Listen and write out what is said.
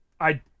I-